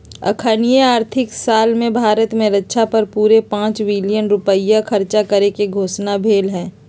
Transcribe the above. अखनीके आर्थिक साल में भारत में रक्षा पर पूरे पांच बिलियन रुपइया खर्चा करेके घोषणा भेल हई